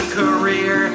career